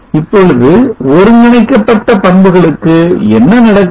இப்பொழுது ஒருங்கிணைக்கப்பட்ட பண்புகளுக்கு என்ன நடக்கிறது